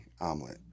omelet